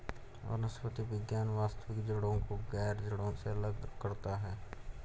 वनस्पति विज्ञान वास्तविक जड़ों को गैर जड़ों से अलग करता है